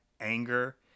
anger